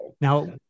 Now